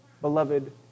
Beloved